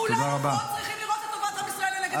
כולנו פה צריכים לראות את טובת עם ישראל לנגד עינינו.